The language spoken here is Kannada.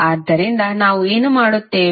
ಆದ್ದರಿಂದ ನಾವು ಏನು ಮಾಡುತ್ತೇವೆ